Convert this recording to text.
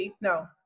no